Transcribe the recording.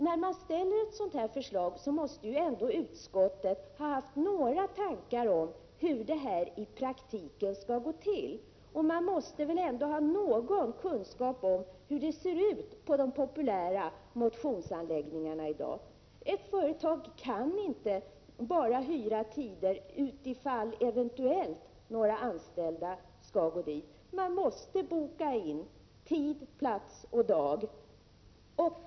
När man nu föreslår detta, måste man väl ha haft några tankar om hur det skall fungera i praktiken, och man måste väl ha någon kunskap om hur det ser ut på de populära motionsanläggningarna i dag. Ett företag kan inte bara hyra tider utifall några anställda eventuellt skall gå dit, utan man måste boka in sig och ange både plats, dag och tid.